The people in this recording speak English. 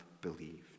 believed